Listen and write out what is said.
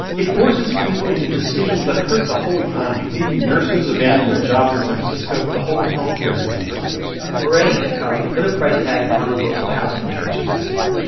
it forces people into decisions that hurt the whole economy. maybe nurses abandon their jobs in san francisco. the whole health care system suffers moretti and a colleague put a price tag on the local housing restrictions last year,